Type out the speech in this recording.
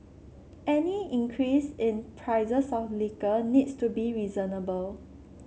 any increase in prices of liquor needs to be reasonable